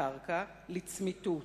הקרקע, לצמיתות.